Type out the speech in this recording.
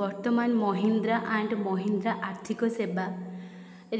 ବର୍ତ୍ତମାନ ମହିନ୍ଦ୍ରା ଆଣ୍ଡ୍ ମହିନ୍ଦ୍ରା ଆର୍ଥିକ ସେବା